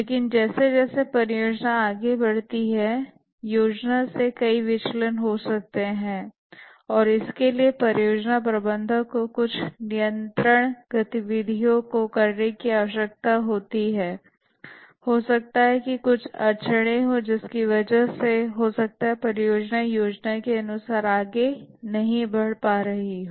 लेकिन जैसे जैसे परियोजना आगे बढ़ती है योजना से कई विचलन हो सकते हैं और इसके लिए परियोजना प्रबंधक को कुछ नियंत्रण गतिविधियाँ करने की आवश्यकता होती है हो सकता है कि कुछ अड़चनें हों जिसकी वजह से हो सकता है परियोजना योजना के अनुसार आगे नहीं बढ़ पा रही हो